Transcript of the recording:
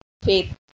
faith